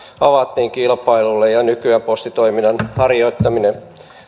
avattiin kilpailulle nykyään postitoiminnan harjoittamisen